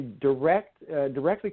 directly